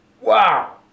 Wow